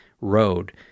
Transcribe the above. road